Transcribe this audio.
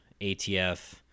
ATF